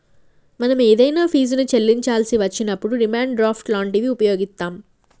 మనం ఏదైనా ఫీజుని చెల్లించాల్సి వచ్చినప్పుడు డిమాండ్ డ్రాఫ్ట్ లాంటివి వుపయోగిత్తాం